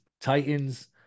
Titans